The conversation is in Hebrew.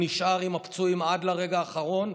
הוא נשאר עם הפצועים עד לרגע האחרון,